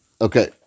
Okay